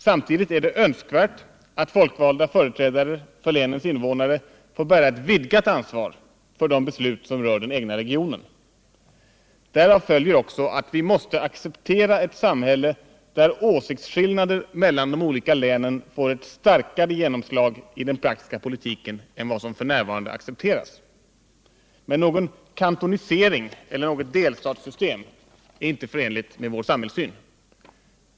Samtidigt är det önskvärt att folkvalda företrädare för länens invånare får bära ett vidgat ansvar för de beslut som rör den egna regionen. Därav följer också att vi måste godta ett samhälle, där åsiktsskillnader mellan de olika länen får ett starkare genomslag i den praktiska politiken än vad som f. n. accepteras. Men någon kantonisering eller något ”delstatssystem” är inte förenligt med vår samhällssyn.